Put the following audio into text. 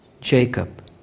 Jacob